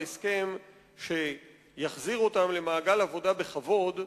להסכם שיחזיר אותם למעגל העבודה בכבוד,